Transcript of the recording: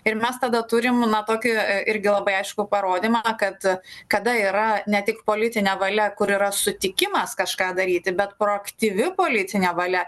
ir mes tada turim na tokį irgi labai aiškų parodymą kad kada yra ne tik politine valia kur yra sutikimas kažką daryti bet proaktyvi politinė valia